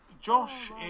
Josh